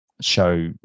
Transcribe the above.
show